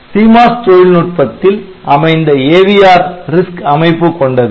CMOS தொழில்நுட்பத்தில் அமைந்த AVR RISC அமைப்பு கொண்டது